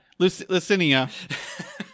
Lucinia